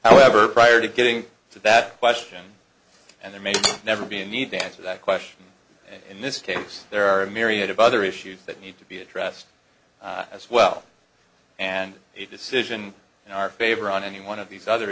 however prior to getting to that question and there may never be a need to answer that question in this case there are a myriad of other issues that need to be addressed as well and a decision in our favor on any one of these other